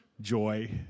joy